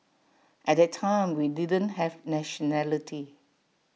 at that time we didn't have nationality